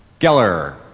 Geller